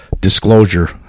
disclosure